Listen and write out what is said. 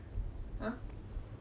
ha